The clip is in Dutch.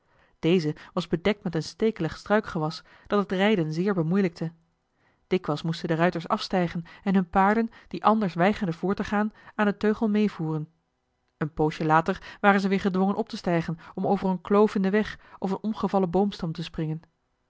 deze was bedekt met een stekelig struikgewas dat het rijden zeer bemoeilijkte eli heimans willem roda dikwijls moesten de ruiters afstijgen en hunne paarden die anders weigerden voort te gaan aan den teugel medevoeren een poosje later waren ze weer gedwongen op te stijgen om over eene kloof in den weg of een omgevallen boomstam te springen